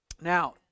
Now